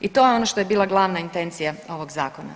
I to je ono što je bila glavna intencija ovog zakona.